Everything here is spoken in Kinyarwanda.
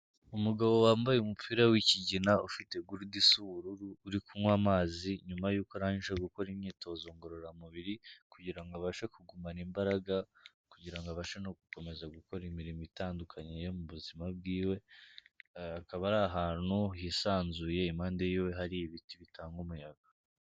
Umugabo wambaye umupira w'ikigina, ufite gurude isa ubururu, uri kunywa amazi nyuma yuko arangije gukora imyitozo ngororamubiri kugira ngo abashe kugumana imbaraga, kugira ngo abashe no gukomeza gukora imirimo itandukanye yo mu buzima bwiwe, akaba ari ahantu hisanzuye, impande yiwe hari ibiti bitanga umuyaga.